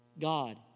God